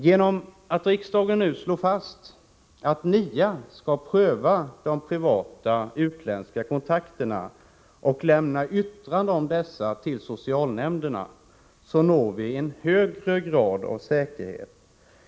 Genom att riksdagen nu slår fast att NIA även skall pröva de privata utländska kontakterna och lämna yttrande om dessa till socialnämnderna, når vi en högre grad av säkerhet.